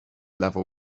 level